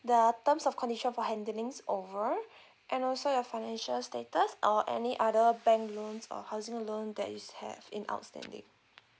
the terms of condition for handlings over and also your financial status or any other bank loan or housing loan that you have in outstanding